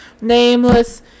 nameless